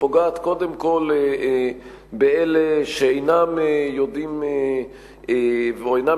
קודם כול באלה שאינם יודעים או אינם